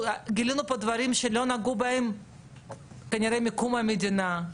גילינו פה דברים שלא נגעו בהם מקום המדינה.